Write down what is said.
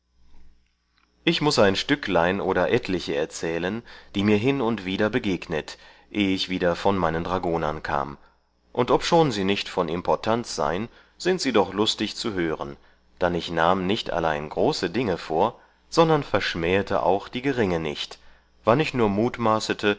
ich muß ein stücklein oder etliche erzählen die mir hin und wieder begegnet eh ich wieder von meinen dragonern kam und obschon sie nicht von importanz sein sind sie doch lustig zu hören dann ich nahm nicht allein große dinge vor sondern verschmähete auch die geringe nicht wann ich nur mutmaßete